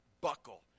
buckle